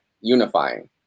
unifying